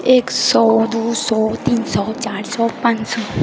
एक सए दू सए तीन सए चारि सए पाँच सए